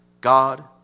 God